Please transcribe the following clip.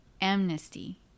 amnesty